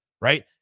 right